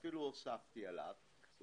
אפילו הוספתי עליו,